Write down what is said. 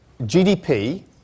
GDP